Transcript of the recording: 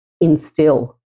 instill